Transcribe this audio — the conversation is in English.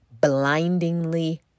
blindingly